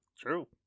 True